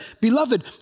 Beloved